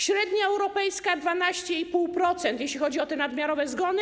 Średnia europejska - 12,5%, jeśli chodzi o te nadmiarowe zgony.